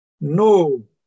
No